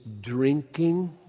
drinking